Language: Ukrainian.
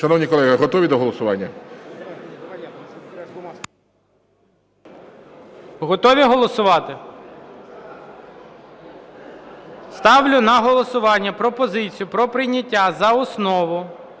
народні депутати, підготуйтеся до голосування. Готові голосувати? Ставлю на голосування пропозицію про прийняття за основу